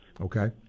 Okay